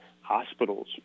hospitals